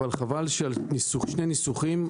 אבל חבל שעל שני ניסוחים,